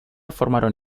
formaron